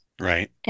Right